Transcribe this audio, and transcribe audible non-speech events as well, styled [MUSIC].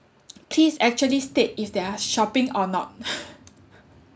please actually state if they are shopping or not [LAUGHS]